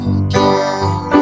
again